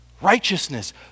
Righteousness